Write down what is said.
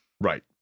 Right